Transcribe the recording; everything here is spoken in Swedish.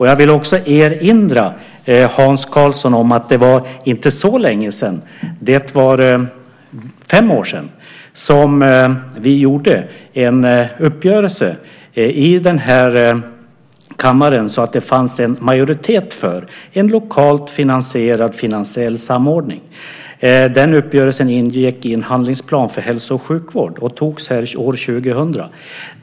Jag vill också erinra Hans Karlsson om att det inte var så länge sedan, fem år sedan, som vi träffade en uppgörelse i den här kammaren så att det fanns en majoritet för en lokalt finansierad finansiell samordning. Den uppgörelsen ingick i en handlingsplan för hälso och sjukvård och antogs år 2000.